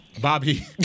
Bobby